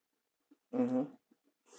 mmhmm